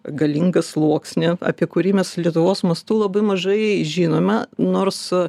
galingą sluoksnį apie kurį mes lietuvos mastu labai mažai žinome nors